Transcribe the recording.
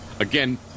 again